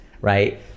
right